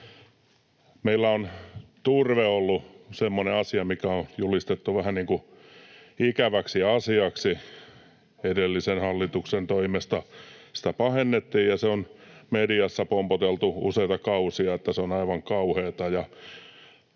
Meillä on turve ollut semmoinen asia, mikä on julistettu vähän niin kuin ikäväksi asiaksi. Edellisen hallituksen toimesta sitä pahennettiin, ja sitä on mediassa pompoteltu useita kausia, että se on aivan kauheata.